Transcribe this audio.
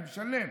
אני משלם.